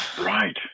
right